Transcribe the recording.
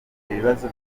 ibibazo